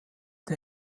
der